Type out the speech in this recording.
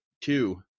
two